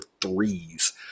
threes